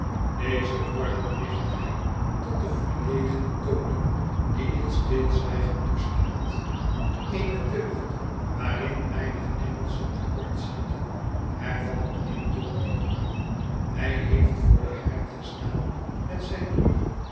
deze woorden richt hij tot den vertegenen tony die dit stilzwijgend toestemt eene deugd waarin weinig engelschen te kort schieten hervat mijnheer tulkinghorn hij heeft voor den haard gestaan met zijn rug